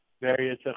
various